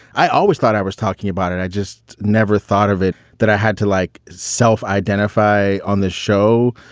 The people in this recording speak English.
i always thought i was talking about it. i just never thought of it that i had to, like self identify on this show.